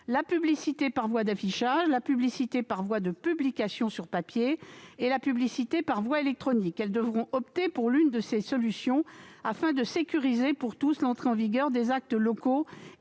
la publicité par voie d'affichage, la publicité par voie de publication sur papier et la publicité par voie électronique. Elles devront opter pour l'une de ces solutions afin de sécuriser, pour tous, l'entrée en vigueur des actes locaux